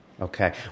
Okay